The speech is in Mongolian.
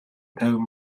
тайван